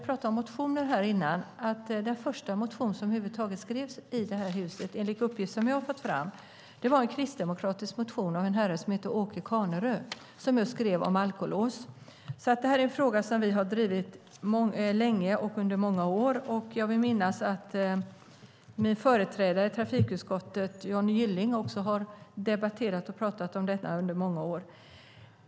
Jag vill påminna om att den första motion som över huvud taget skrevs i det här huset - enligt uppgift som jag har fått fram - var en kristdemokratisk motion av en herre som hette Åke Carnerö, som skrev om alkolås. Det är alltså en fråga som vi har drivit under många år. Jag vill minnas att min företrädare i trafikutskottet Johnny Gylling också har debatterat och pratat om detta under många år.